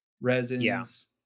resins